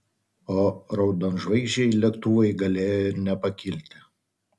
o raudonžvaigždžiai lėktuvai galėjo ir nepakilti